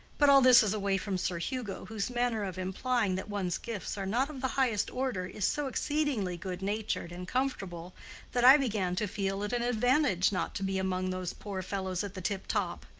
but all this is away from sir hugo whose manner of implying that one's gifts are not of the highest order is so exceedingly good-natured and comfortable that i begin to feel it an advantage not to be among those poor fellows at the tip-top.